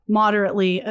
moderately